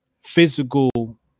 physical